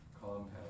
compound